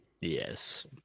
Yes